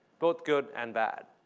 both good and bad.